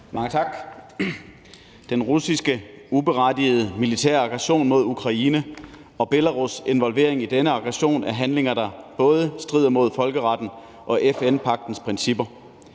Mange tak. Den russiske uberettigede militære aggression mod Ukraine og Belarus' medvirken i denne aggression er handlinger, der både strider mod folkeretten og FN-pagtens principper.